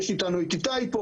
נמצא פה אתנו איתי,